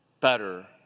better